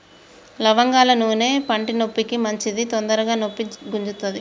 లవంగాల నూనె పంటి నొప్పికి మంచిది తొందరగ నొప్పి గుంజుతది